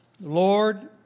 Lord